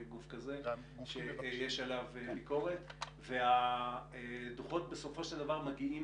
גוף כזה שיש עליו ביקורת - והדוחות בסופו של דבר מגיעים